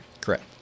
Correct